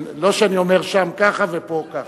לא שאני אומר שם ככה ופה ככה.